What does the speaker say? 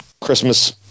christmas